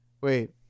wait